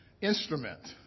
instrument